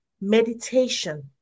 meditation